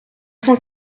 cent